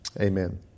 Amen